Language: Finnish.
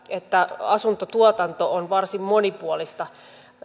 että asuntotuotanto on varsin monipuolista